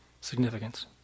significance